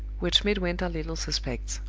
which midwinter little suspects.